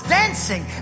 dancing